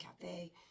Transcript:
Cafe